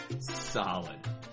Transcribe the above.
Solid